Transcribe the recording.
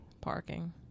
Parking